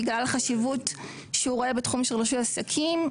בגלל החשיבות שהוא רואה בתחום רישוי עסקים,